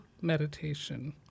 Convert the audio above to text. meditation